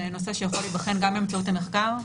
נושא שיכול להיבחן גם באמצעות המחקר,